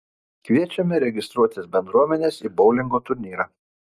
kviečiame registruotis bendruomenes į boulingo turnyrą